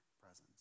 presence